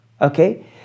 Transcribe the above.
okay